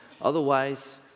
Otherwise